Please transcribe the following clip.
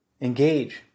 engage